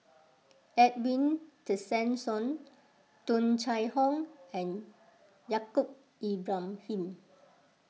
Edwin Tessensohn Tung Chye Hong and Yaacob Ibrahim